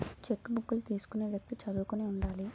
చెక్కుబుక్కులు తీసుకునే వ్యక్తి చదువుకుని ఉండాలి